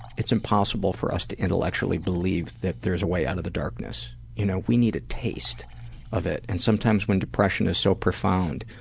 it's impossible for us to intellectually believe that there is a way out of the darkness. you know, we need a taste of it and sometimes when depression is so profound,